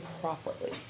properly